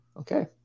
Okay